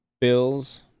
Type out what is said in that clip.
Bills